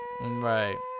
Right